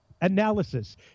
analysis